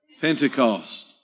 Pentecost